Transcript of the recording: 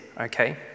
okay